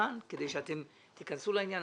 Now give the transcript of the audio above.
ניתן כדי שאתם תיכנסו לעניין.